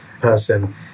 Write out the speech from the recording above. person